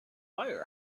pair